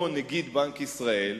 או נגיד בנק ישראל,